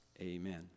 Amen